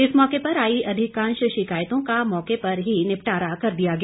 इस मौके पर आई अधिकांश शिकायतों का मौके पर ही निपटारा कर दिया गया